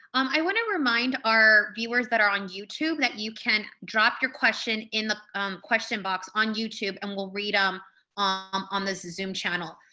i wanna remind our viewers that are on youtube that you can drop your question in the question box on youtube and we'll read them um on this zoom channel.